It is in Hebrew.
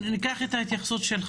הנקודה מאוד ברורה.